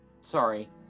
Sorry